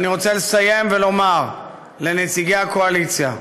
לסיום אני רוצה לומר לנציגי הקואליציה: